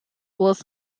was